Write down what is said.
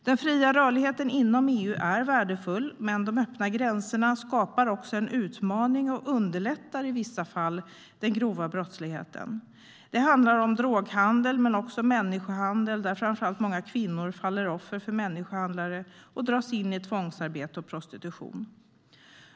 Den fria rörligheten inom EU är värdefull, men de öppna gränserna skapar också en utmaning och underlättar i vissa fall den grova brottsligheten. Det handlar om droghandel men också om människohandel. Det är framför allt många kvinnor som faller offer för människohandlare och dras in i tvångsarbete och prostitution.